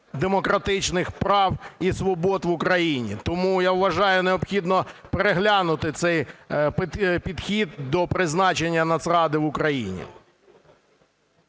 демократичних прав і свобод в Україні. Тому я вважаю, необхідно переглянути цей підхід до призначення Нацради в Україні.